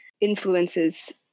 influences